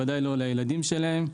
בוודאי לא לילדים שלהם.